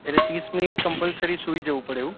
એટલે ત્રીસ minute compulsory સુઈ જવું પડે એવું